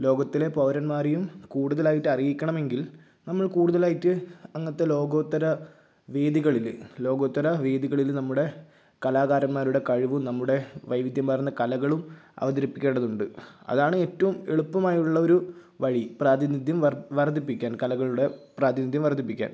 ലോകത്തിലെ പൗരൻമാരെയും കൂടുതലായിട്ട് അറിയിയ്ക്കണമെങ്കിൽ നമ്മൾ കൂടുതലായിട്ട് അങ്ങനത്തെ ലോകോത്തര വേദികളിൽ ലോകോത്തര വേദികളിൽ നമ്മുടെ കലാകാരന്മാരുടെ കഴിവ് നമ്മുടെ വൈവിധ്യമാർന്ന കലകളും അവതരിപ്പിക്കേണ്ടതുണ്ട് അതാണ് ഏറ്റവും എളുപ്പമായുള്ള ഒരു വഴി പ്രാതിനിധ്യം വർ വർദ്ധിപ്പിയ്ക്കാൻ കലകളുടെ പ്രാതിനിധ്യം വർദ്ധിപ്പിയ്ക്കാൻ